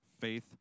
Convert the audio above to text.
faith